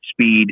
speed